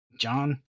John